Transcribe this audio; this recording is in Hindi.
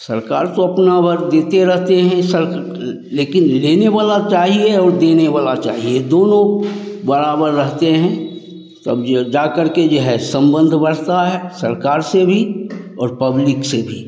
सरकार तो अपना देते रहते हैं लेकिन लेने वाला चाहिए और देने वाला चाहिए दोनों बराबर रहते हैं तब जो जा करके जो है संबंध बढ़ता है सरकार से भी और पब्लिक से भी